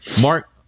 Mark